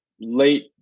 late